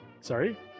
Sorry